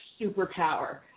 superpower